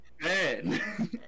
Man